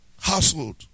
household